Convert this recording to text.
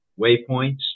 waypoints